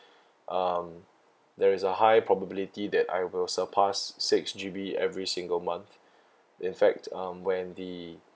um there is a high probability that I will surpass six G_B every single month in fact um when the